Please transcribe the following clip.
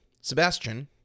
Sebastian